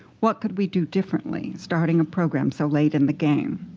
what could we do differently, starting a program so late in the game?